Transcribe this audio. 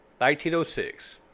1906